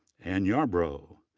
anne yarbrough,